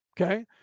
okay